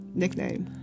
nickname